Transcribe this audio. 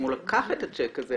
אם הוא לקח את הצ'ק הזה,